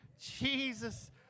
Jesus